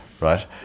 Right